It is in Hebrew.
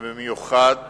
ובמיוחד